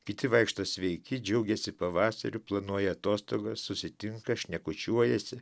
kiti vaikšto sveiki džiaugėsi pavasarį planuoja atostogas susitinka šnekučiuojasi